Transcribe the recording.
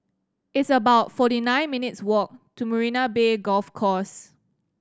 it's about forty nine minutes' walk to Marina Bay Golf Course